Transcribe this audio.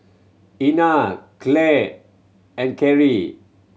Ina Clare and Carie